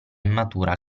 matura